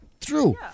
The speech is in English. true